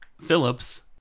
Phillips